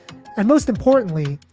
most importantly,